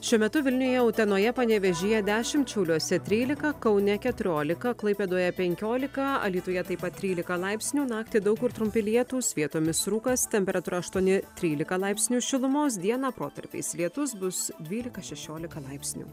šiuo metu vilniuje utenoje panevėžyje dešimt šiauliuose trylika kaune keturiolika klaipėdoje penkiolika alytuje taip pat trylika laipsnių naktį daug kur trumpi lietūs vietomis rūkas temperatūra aštuoni trylika laipsnių šilumos dieną protarpiais lietus bus dvylika šešiolika laipsnių